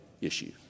issue